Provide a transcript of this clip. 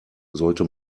sollte